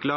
bruke